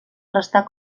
restà